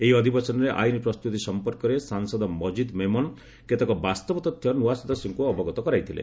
ଏହି ଅଧିବେଶନରେ ଆଇନ ପ୍ରସ୍ତୁତି ସଂପର୍କରେ ସାଂସଦ ମଜିଦ୍ ମେମନ୍ କେତେକ ବାସ୍ତବ ତଥ୍ୟ ନୂଆ ସଦସ୍ୟଙ୍କୁ ଅବଗତ କରାଇଥିଲେ